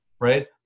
right